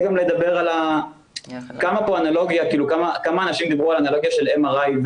כמה אנשים דיברו על האנלוגיה ל-MRI.